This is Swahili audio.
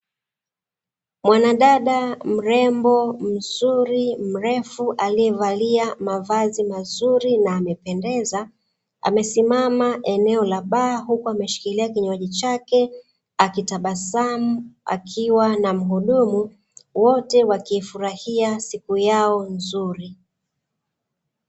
Mwanadada mrembo, mzuri, mrefu, aliyevalia mavazi mazuri na amependeza, amesimama eneo la baa, huku ameshikilia kinywaji chake akitabasamu, akiwa na mhudumu, wote wakiifurahia siku yao nzuri.